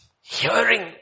Hearing